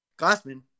Glassman